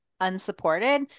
unsupported